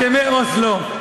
הסכמי אוסלו.